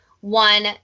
one